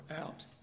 out